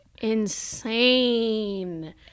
Insane